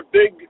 big